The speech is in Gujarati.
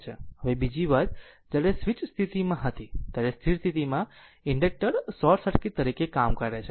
હવે બીજી વાત જ્યારે સ્વીચ સ્થિતિમાં હતી ત્યારે સ્થિર સ્થિતિમાં ઇન્ડક્ટર્સ શોર્ટ સર્કિટ તરીકે કામ કરે છે